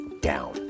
down